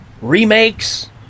remakes